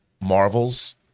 Marvel's